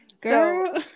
Girl